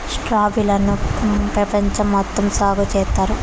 strawberry లను పెపంచం మొత్తం సాగు చేత్తారు